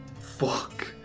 fuck